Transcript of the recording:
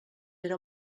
era